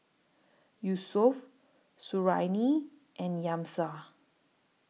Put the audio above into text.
Yusuf Suriani and Amsyar